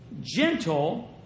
Gentle